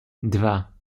dwa